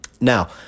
Now